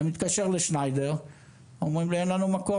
אני מתקשר לשניידר אומרים לי אין לנו מקום.